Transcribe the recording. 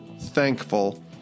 thankful